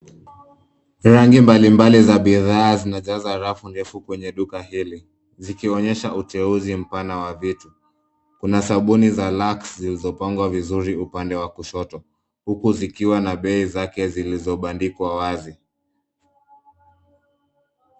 Rangi mbalimbali za bidhaa zinajaza rafu ndefu kwenye duka hili zikionyesha uteuzi mpana wa vitu. Kuna sabuni za lux zilizopangwa vizuri upande wa kushoto, huku zikiwa na bei zake zilizobandikwa wazi.